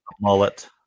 mullet